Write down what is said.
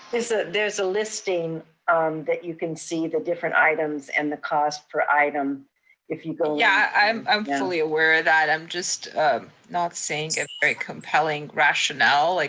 ah there's a listing that you can see the different items and the cost per item if you go yeah, i'm i'm fully aware of that. i'm just not seeing and a very compelling rationale. like